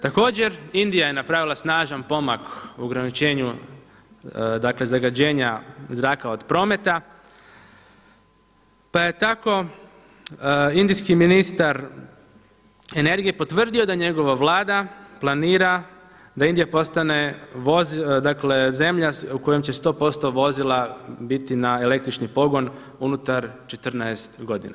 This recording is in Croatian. Također Indija je napravila snažan pomak u ogrničenju dakle zagađenja zraka od prometa pa je tako indijski ministar energije potvrdio da njegova Vlada planira da Indija postane dakle zemlja u kojoj će 100% vozila biti na električni pogon unutar 14 godina.